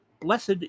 Blessed